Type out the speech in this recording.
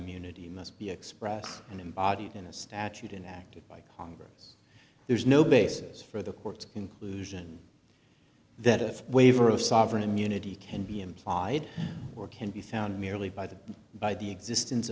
immunity must be expressed in embodied in a statute and acted by congress there's no basis for the court's conclusion that a waiver of sovereign immunity can be implied or can be found merely by the by the existence